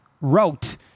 wrote